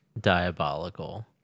diabolical